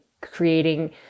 creating